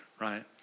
right